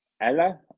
Ella